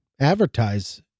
advertise